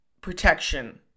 protection